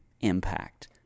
impact